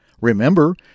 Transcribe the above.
Remember